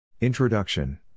Introduction